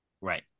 right